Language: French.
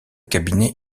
cabinet